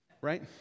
right